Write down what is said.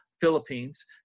Philippines